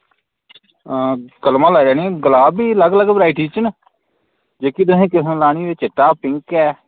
हां कलमां लाई लैनी गुलाब बी लग्ग लग्ग वैरायटी च न जेह्की तुसें किस्म लानी होए चिट्टा पिंक ऐ